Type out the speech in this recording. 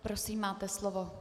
Prosím, máte slovo.